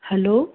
hello